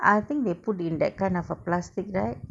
I think they put in that kind of a plastic right